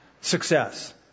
success